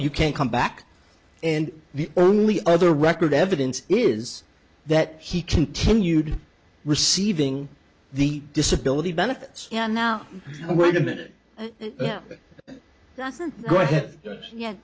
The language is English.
you can't come back and the only other record evidence is that he continued receiving the disability benefits and now oh wait a minute doesn't go ahead ye